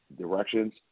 directions